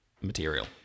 material